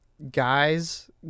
guys